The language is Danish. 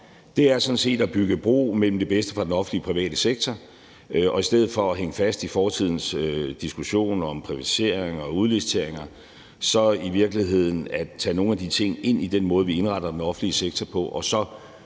Den er sådan set at bygge bro mellem det bedste fra den offentlige og fra den private sektor og i stedet for at hænge fast i fortidens diskussion om privatiseringer og udliciteringer så i virkeligheden tage nogle af de ting ind i den måde, vi indretter den offentlige sektor på, og så